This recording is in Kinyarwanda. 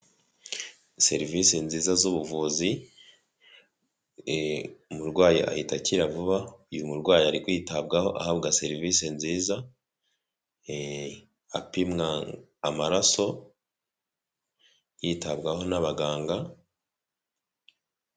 Serivisi nziza z'ubuvuzi umurwayi ahita akira vuba uyu murwayi ari kwitabwaho ahabwa serivisi nziza apimwa amaraso yitabwaho n'abaganga.